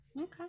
okay